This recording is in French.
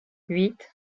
huit